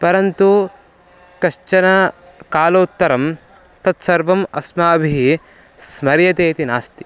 परन्तु कश्चन कालोत्तरं तत्सर्वम् अस्माभिः स्मर्यते इति नास्ति